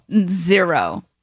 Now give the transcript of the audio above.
Zero